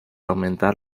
aumentar